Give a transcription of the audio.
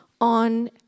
on